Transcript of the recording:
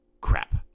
crap